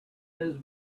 his